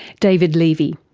david levy.